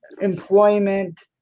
employment